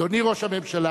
אדוני ראש הממשלה,